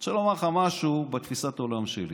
אני רוצה לומר לך משהו בתפיסת העולם שלי.